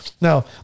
Now